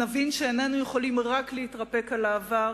נבין שאיננו יכולים רק להתרפק על העבר